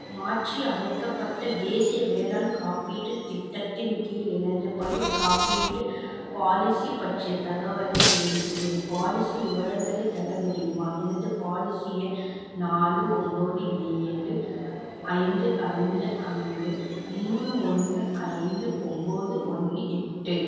மாற்றி அமைக்கப்பட்ட தேசிய வேளாண் காப்பீட்டுத் திட்டத்தின் கீழ் எனது பயிர்க் காப்பீடு பாலிசி பற்றிய தகவலைத் தேடுகிறேன் பாலிசி விவரங்களைத் தர முடியுமா எனது பாலிசி எண் நாலு ஒம்பது ஏழு ஐந்து ஐந்து ஐந்து மூணு ஒன்று ஐந்து ஒம்பது ஒன்று எட்டு